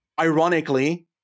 ironically